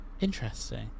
Interesting